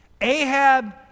ahab